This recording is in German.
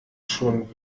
schon